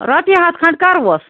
رۄپیہِ ہَتھ کھنٛڈ کَرہوس